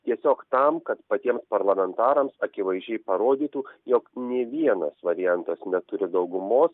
tiesiog tam kad patiems parlamentarams akivaizdžiai parodytų jog nė vienas variantas neturi daugumos